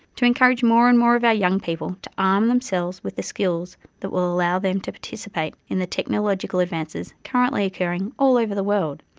to encourage more and more of our young people to arm themselves with the skills that will allow them participate in the technological advances currently occuring all over the world.